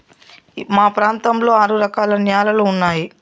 మా ప్రాంతంలో ఆరు రకాల న్యాలలు ఉన్నాయి